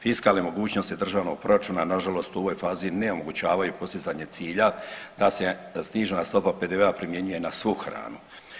Fiskalne mogućnosti državnog proračuna nažalost u ovoj fazi ne omogućavaju postizanje cilja da se snižena stopa PDV-a primjenjuje na svu hranu.